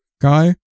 guy